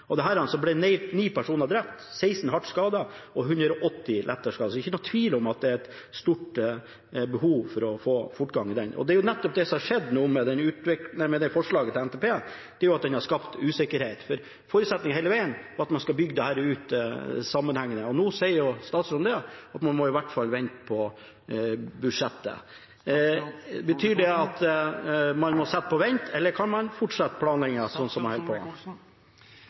ble 9 personer drept, 16 hardt skadet og 180 lettere skadet, så det er ikke noen tvil om at det er et stort behov for å få fortgang i dette. Det er nettopp det som har skjedd nå, med dette forslaget til NTP, at en har skapt usikkerhet. For forutsetningen hele veien var at man skulle bygge dette ut sammenhengende. Nå sier statsråden at man må i hvert fall vente på budsjettet. Betyr det at man må sette på vent, eller kan man fortsette